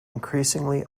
increasingly